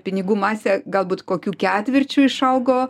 pinigų masė galbūt kokiu ketvirčiu išaugo